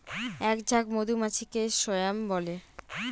এক ঝাঁক মধুমাছিকে স্বোয়াম বলে